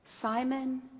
Simon